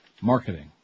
Marketing